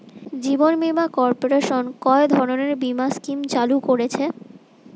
জীবন বীমা কর্পোরেশন কয় ধরনের বীমা স্কিম চালু করেছে?